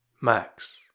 Max